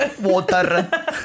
Water